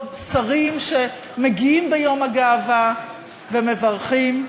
שרים שמגיעים ביום הגאווה ומברכים.